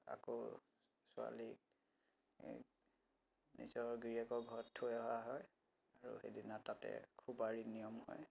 আকৌ ছোৱালী নিজৰ গিৰিয়েকৰ ঘৰত থৈ অহা হয় আৰু সিদিনা তাতে খুবাৰী নিয়ম হয়